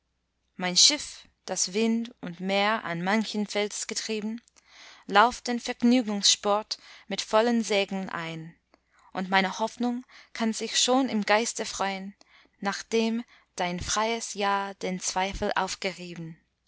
mein schiff das wind und meer an manchen fels getrieben lauft den vergnügungsport mit vollen segeln ein und meine hoffnung kann sich schon im geiste freu'n nachdem dein freies ja den zweifel aufgerieben